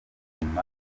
ubuzima